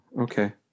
okay